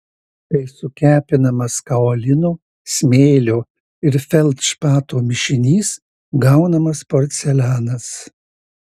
kai sukepinamas kaolino smėlio ir feldšpato mišinys gaunamas porcelianas